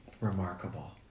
Remarkable